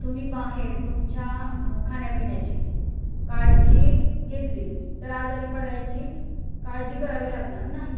तुम्ही बाहेर तुमच्या खाण्यापिण्याची काळजी घेतलीत तर आजारी पडायची काळजी करावी लागणार नाही